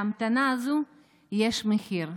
להמתנה הזו יש מחיר,